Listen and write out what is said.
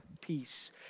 peace